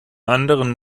anderen